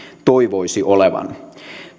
toivoisi olevan